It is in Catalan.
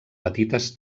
petites